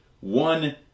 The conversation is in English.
one